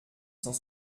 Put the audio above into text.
cent